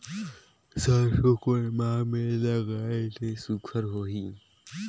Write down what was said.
सरसो कोन माह मे लगाय ले सुघ्घर होही?